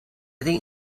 think